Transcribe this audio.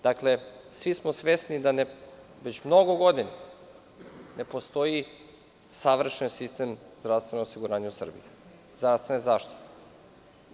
Dakle, svi smo svesni da već mnogo godina ne postoji savršen sistem zdravstvenog osiguranja u Srbiji, zdravstvene zaštite.